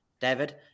David